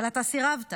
אבל אתה סירבת.